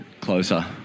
closer